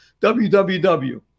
WWW